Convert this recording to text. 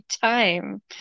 time